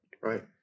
Right